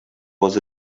was